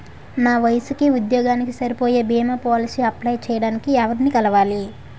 నా వయసుకి, ఉద్యోగానికి సరిపోయే భీమా పోలసీ అప్లయ్ చేయటానికి ఎవరిని కలవాలి?